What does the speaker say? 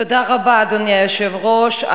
תודה רבה, אדוני היושב-ראש.